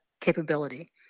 capability